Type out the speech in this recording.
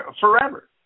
forever